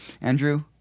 Andrew